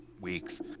weeks